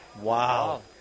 Wow